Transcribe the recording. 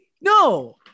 no